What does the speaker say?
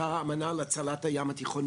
אותה אמנה להצלת הים התיכון,